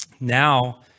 now